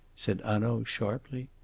said hanaud sharply.